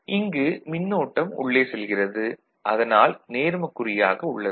இங்கு மின்னோட்டம் உள்ளே செல்கிறது அதனால் நேர்மக்குறியாக உள்ளது